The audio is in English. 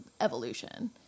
evolution